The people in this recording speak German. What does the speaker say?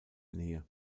nähe